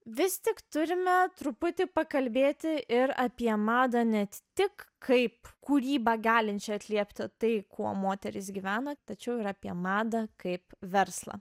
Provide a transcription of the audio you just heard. vis tik turime truputį pakalbėti ir apie madą net tik kaip kūrybą galinčią atliepti tai kuo moterys gyvena tačiau ir apie madą kaip verslą